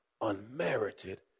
unmerited